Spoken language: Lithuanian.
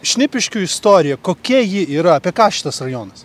šnipiškių istorija kokia ji yra apie ką šitas rajonas